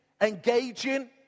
engaging